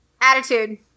Attitude